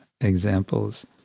examples